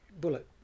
Bullet